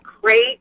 great